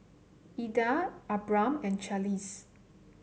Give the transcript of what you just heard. Eda Abram and Charlize